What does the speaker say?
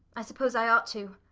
i suppose i ought to.